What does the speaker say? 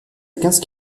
quinze